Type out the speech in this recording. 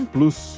Plus